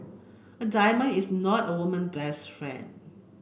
a diamond is not a woman best friend